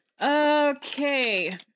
okay